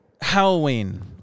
Halloween